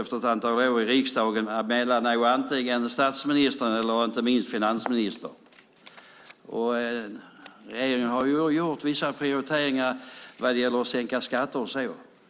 Efter ett antal år i riksdagen har jag förstått att man som minister kläms mellan statsministern och finansministern. Regeringen har ju gjort vissa prioriteringar vad gäller att sänka skatter.